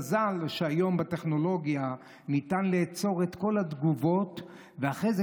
מזל שהיום בטכנולוגיה ניתן לאצור את כל התגובות ואחרי זה,